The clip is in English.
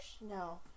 No